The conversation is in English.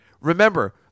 Remember